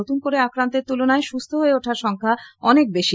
নতুন করে আক্রান্তের তুলনায় সুস্থ হয়ে অঠার সংখ্যা অনেক বেশি